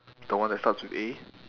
the one that starts with A